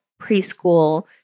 preschool